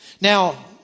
Now